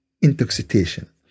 intoxication